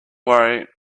worry